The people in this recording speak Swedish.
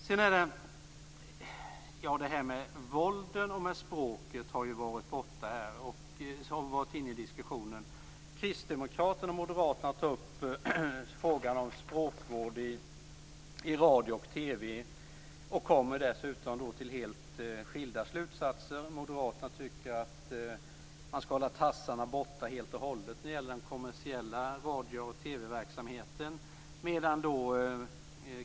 Frågan om våldet och språket har varit uppe till diskussion. Kristdemokraterna och Moderaterna tar upp frågan om språkvård i radio och TV. De kommer till helt skilda slutsatser. Moderaterna tycker att man skall hålla tassarna borta från den kommersiella radio och TV-verksamheten.